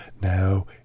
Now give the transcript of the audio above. now